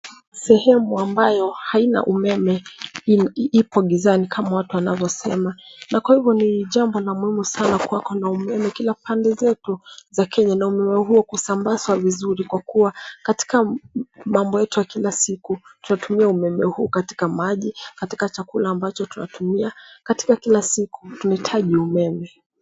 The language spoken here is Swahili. Sehemu ambayo haina umeme ipo gizani kama watu wanavyosema. Na kwa hivyo ni jambo la muhimu sana kuwa kuna umeme kila pande zetu za kenye na umeme huo kusambaswa vizuri kwa kuwa katika mambo yetu ya kila siku tunatumia umeme huu katika maji, katika chakula ambacho tunatumia, katika kila siku tunhitaji umeme.